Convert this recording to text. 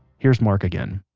here's mark again.